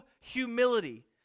humility